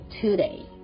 today